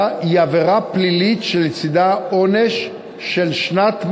היא עבירה פלילית שלצדה עונש של שנת מאסר,